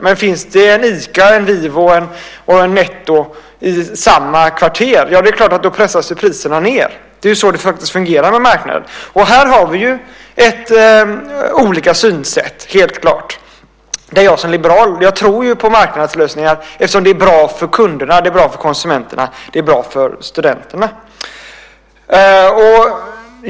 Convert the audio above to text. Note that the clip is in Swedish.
Om det finns en Ica, en Vivo och en Netto i samma kvarter pressas ju priserna ned. Det är så det fungerar. Här har vi helt klart olika synsätt. Som liberal tror jag ju på marknadslösningar eftersom det är bra för kunderna, det är bra för konsumenterna och det är bra för studenterna.